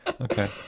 okay